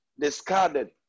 discarded